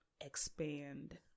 expand